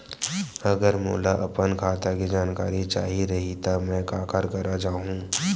अगर मोला अपन खाता के जानकारी चाही रहि त मैं काखर करा जाहु?